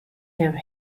her